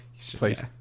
Please